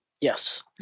Yes